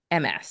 MS